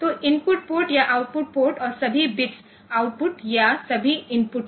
तो input port या output port और सभी बिट्स आउटपुट या सभी इनपुट हैं